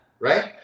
right